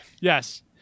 yes